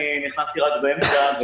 אני נכנסתי רק באמצע,